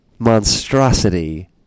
monstrosity